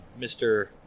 Mr